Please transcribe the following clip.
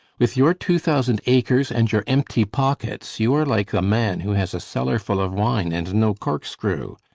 with your two thousand acres and your empty pockets you are like a man who has a cellar full of wine and no corkscrew.